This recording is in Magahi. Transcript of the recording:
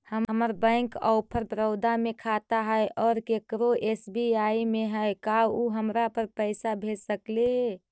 हमर बैंक ऑफ़र बड़ौदा में खाता है और केकरो एस.बी.आई में है का उ हमरा पर पैसा भेज सकले हे?